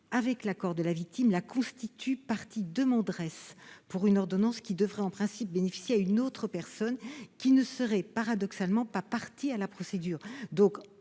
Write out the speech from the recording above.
avec l'accord de la victime, la constitue partie demanderesse pour une ordonnance qui devrait en principe bénéficier à une autre personne, et qui ne serait paradoxalement pas partie à la procédure.